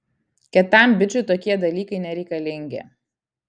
kietam bičui tokie dalykai nereikalingi